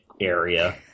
area